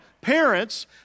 parents